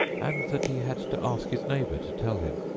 and that he had to ask his neighbour to tell him.